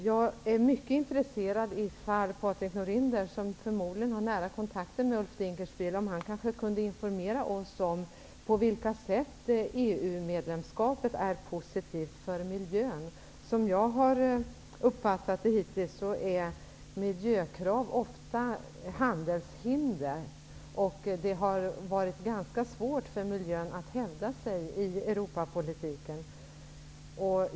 Jag är mycket intresserad om Patrik Norinder, som förmodligen har nära kontakter med Ulf Dinkelspiel, kunde informera oss om på vilka sätt EU-medlemskapet är positivt för miljön. Som jag har uppfattat det hittills är miljökrav ofta handelshinder. Det har varit ganska svårt för miljön att hävda sig i Europapolitiken.